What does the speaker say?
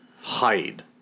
hide